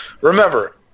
remember